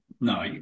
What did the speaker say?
no